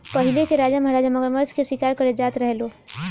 पहिले के राजा महाराजा मगरमच्छ के शिकार करे जात रहे लो